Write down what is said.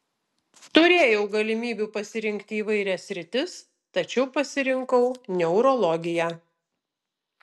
turėjau galimybių pasirinkti įvairias sritis tačiau pasirinkau neurologiją